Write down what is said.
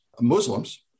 Muslims